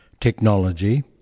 technology